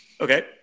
Okay